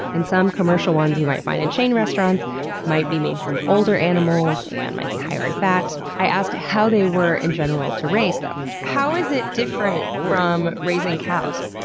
and some commercial ones you might find in chain restaurants might be made from older animals and might be higher in fat. i asked how they were, in general, to raise. how is it different from raising cows?